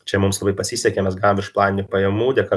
čia mums labai pasisekė mes gvaom viršplaninių pajamų dėka